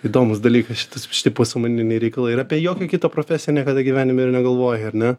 įdomus dalykas šitas tie pasąmoniniai reikalai ir apie jokią kitą profesiją niekada gyvenime ir negalvojai ar ne